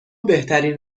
بهترین